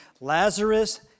Lazarus